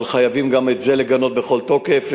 אבל חייבים גם את זה לגנות בכל תוקף.